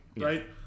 right